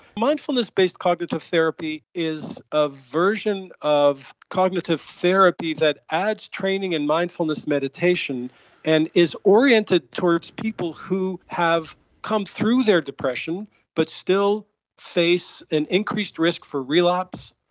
mindfulness-based cognitive therapy is a version of cognitive therapy that adds training and mindfulness meditation and is oriented towards people who have come through their depression but still face an increased risk for relapse,